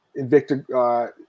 Invicta